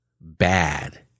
bad